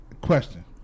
question